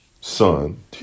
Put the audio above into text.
son